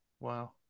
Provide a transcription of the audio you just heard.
Wow